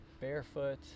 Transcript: barefoot